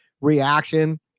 reaction